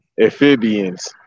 amphibians